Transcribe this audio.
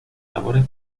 labores